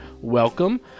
welcome